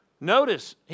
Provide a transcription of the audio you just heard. Notice